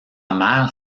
mère